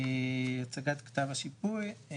הצגת כתב השיפוי.